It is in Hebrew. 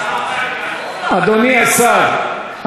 אדוני השר,